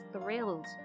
thrilled